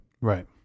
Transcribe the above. Right